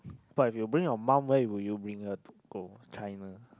but if you bring your mum where would you bring her to go China